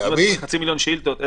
חצי מיליון שאילתות,